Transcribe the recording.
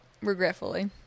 Regretfully